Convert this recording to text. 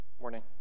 Morning